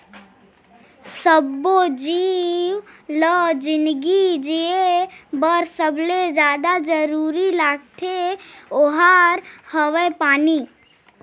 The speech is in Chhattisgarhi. सब्बो जीव ल जिनगी जिए बर सबले जादा जरूरी लागथे ओहार हवे पानी